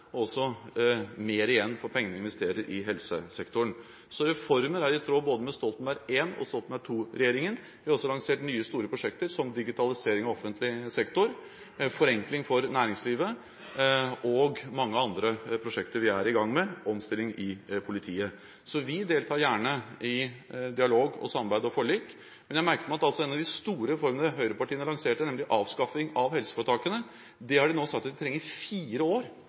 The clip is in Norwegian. også mer igjen for pengene vi investerer i helsesektoren. Så reformer er i tråd med både Stoltenberg I- og Stoltenberg II-regjeringen. Vi har også lansert nye store prosjekter, som digitalisering av offentlig sektor og forenkling for næringslivet, og vi er i gang med mange andre prosjekter, bl.a. omstilling i politiet. Så vi deltar gjerne i dialog, samarbeid og forlik. Men jeg merker meg at en av de store reformene høyrepartiene lanserte, nemlig avskaffing av helseforetakene, har de nå sagt at de trenger fire år